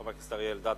חבר הכנסת אריה אלדד,